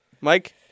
Mike